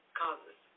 causes